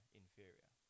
inferior